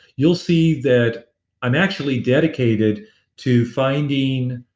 you'll see that i'm actually dedicated to finding